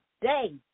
day